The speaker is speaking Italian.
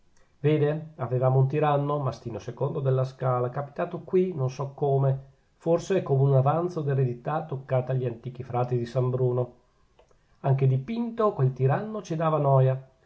vede avevamo un tiranno mastino ii della scala capitato qui non so come forse come un avanzo d'eredità toccata agli antichi frati di san bruno anche dipinto quel tiranno ci dava noia